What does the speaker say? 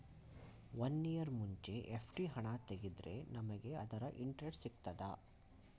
One year ಮುಂಚೆ FD ಹಣ ತೆಗೆದ್ರೆ ನಮಗೆ ಅದರ ಇಂಟ್ರೆಸ್ಟ್ ಸಿಗ್ತದ?